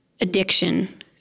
addiction